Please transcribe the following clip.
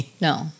No